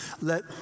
let